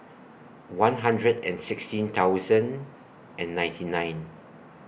one hundred and sixteen thousand and ninety nine